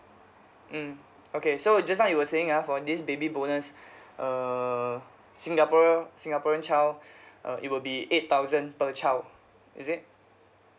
mm okay so just now you were saying ah for this baby bonus err singaporean singaporean child uh it will be eight thousand per child is it